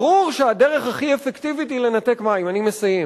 ברור שהדרך הכי אפקטיבית היא לנתק מים, אני מסיים,